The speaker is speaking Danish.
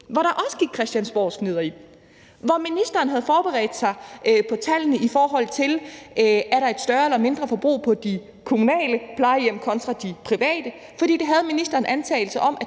hvor der også gik christiansborgfnidder i den. Ministeren havde forberedt sig på tallene, i forhold til om der er et større eller et mindre forbrug på de kommunale plejehjem kontra de private, for ministeren havde en antagelse om,